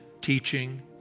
teaching